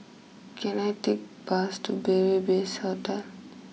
can I take bus to Beary best Hostel